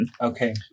okay